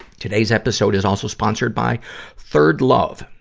today's episode is also sponsored by third love.